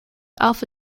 alpha